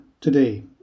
today